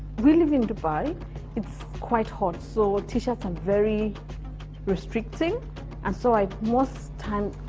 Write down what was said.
we live in dubai it's quite hot, so t-shirts are very restricting and so i most times,